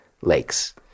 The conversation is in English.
lakes